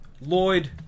Lloyd